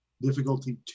difficulty